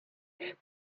they